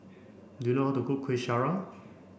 do you know how to cook Kuih Syara